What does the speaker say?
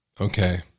Okay